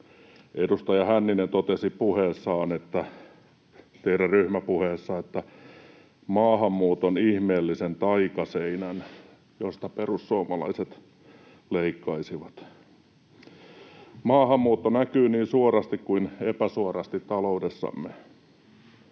Edustaja Hänninen totesi teidän ryhmäpuheessanne ”maahanmuuton ihmeellisen taikaseinän”, josta perussuomalaiset leikkaisivat. Maahanmuutto näkyy niin suorasti kuin epäsuorasti taloudessamme.